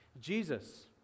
Jesus